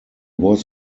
was